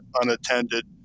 unattended